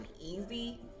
easy